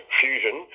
fusion